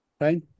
right